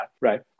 right